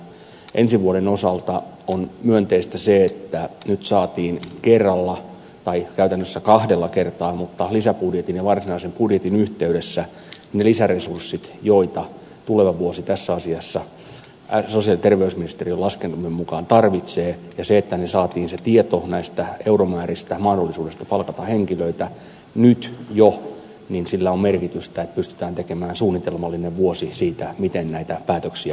ensi vuoden osalta on myönteistä se että nyt saatiin kerralla tai käytännössä kahdella kertaa mutta lisäbudjetin ja varsinaisen budjetin yhteydessä ne lisäresurssit joita tuleva vuosi tässä asiassa sosiaali ja terveysministeriö laskelmien mukaan tarvitsee ja sillä että saatiin se tieto näistä euromääristä mahdollisuudesta palkata henkilöitä on nyt jo merkitystä että pystytään tekemään suunnitelmallinen vuosi siitä miten näitä päätöksiä puretaan